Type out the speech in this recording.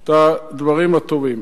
את הדברים הטובים.